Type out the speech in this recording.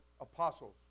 apostles